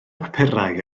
papurau